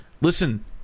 listen